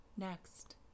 Next